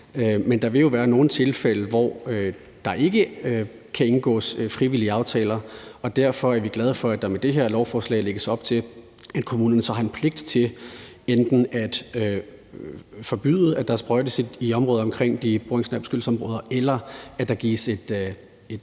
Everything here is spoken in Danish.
men der vil jo være nogle tilfælde, hvor der ikke kan indgås frivillige aftaler. Derfor er vi glade for, at der med det her lovforslag lægges op til, at kommunerne så har en pligt til enten at forbyde, at der sprøjtes i området omkring de boringsnære beskyttelsesområder, eller at der gives et